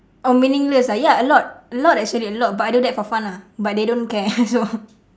oh meaningless ah ya a lot a lot actually a lot but I do that for fun lah but they don't care so